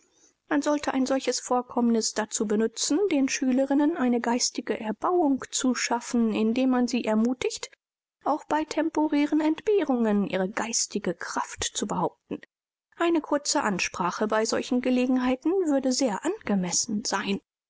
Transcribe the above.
man sollte ein solches vorkommnis dazu benützen den schülerinnen eine geistige erbauung zu schaffen indem man sie ermutigt auch bei temporären entbehrungen ihre geistige kraft zu behaupten eine kurze ansprache bei solchen gelegenheiten würde sehr angemessen sein